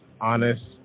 honest